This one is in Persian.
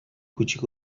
کوچیک